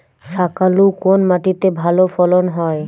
শাকালু কোন মাটিতে ভালো ফলন হয়?